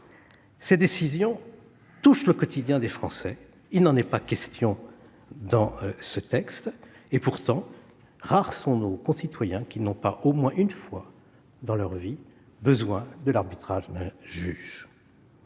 Ces décisions touchent le quotidien des Français. Il n'en est pas question dans ce texte. Pourtant, rares sont nos concitoyens qui n'ont pas au moins une fois dans leur vie besoin de l'arbitrage d'un